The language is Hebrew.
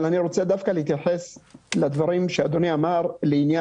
אני רוצה להתייחס לדברים שאדוני אמר לגבי